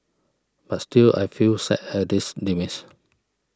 but still I feel sad at this demise